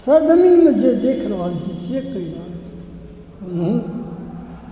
sir जमीन मे जे देख रहल छी से कहि रहल छी हमहुँ